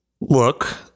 look